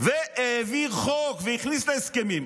והעביר חוק והכניס להסכמים.